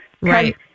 Right